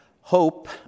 hope